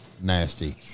Nasty